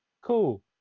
Cool